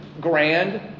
grand